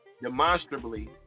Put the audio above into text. demonstrably